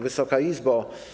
Wysoka Izbo!